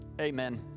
Amen